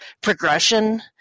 progression